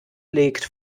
legt